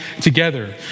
together